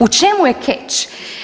U čemu je keč?